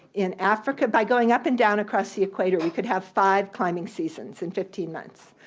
in africa. by going up and down across the equator, we could have five climbing seasons in fifteen months,